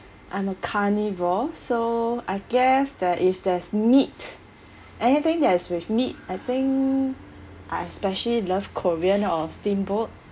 I'm a carnivore so I guess there if there's meat anything that is with meat I think I especially love korean or steamboat